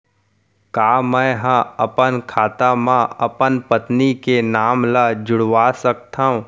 का मैं ह अपन खाता म अपन पत्नी के नाम ला जुड़वा सकथव?